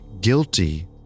guilty